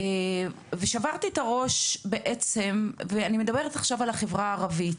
אני מדברת עכשיו על החברה הערבית.